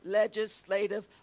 legislative